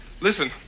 Listen